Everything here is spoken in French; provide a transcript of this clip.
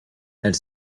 elle